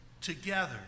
together